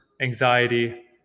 anxiety